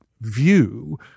view